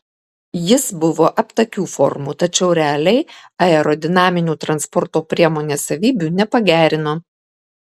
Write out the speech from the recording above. jis buvo aptakių formų tačiau realiai aerodinaminių transporto priemonės savybių nepagerino